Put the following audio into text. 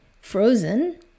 frozen